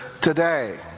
today